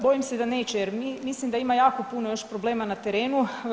Bojim se da neće jer mislim da ima jako puno još problema na terenu.